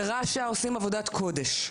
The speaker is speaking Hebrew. ורש"א עושים עבודת קודש.